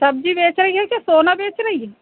सब्जी बेच रही है कि सोना बेच रही है